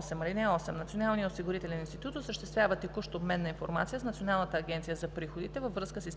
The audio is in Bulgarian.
8: „(8) Националният осигурителен институт осъществява текущ обмен на информация с Националната агенция за приходите във връзка с изпълнение